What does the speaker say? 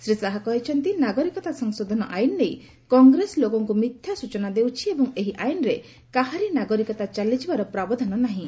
ଶ୍ରୀ ଶାହା କହିଛନ୍ତି ନାଗରିକତା ସଂଶୋଧନ ଆଇନ୍ ନେଇ କଂଗ୍ରେସ ଲୋକଙ୍କୁ ମିଥ୍ୟା ସୂଚନା ଦେଉଛି ଏବଂ ଏହି ଆଇନ୍ରେ କାହାରି ନାଗରିକତା ଚାଲିଯିବାର ପ୍ରାବଧାନ ନାହିଁ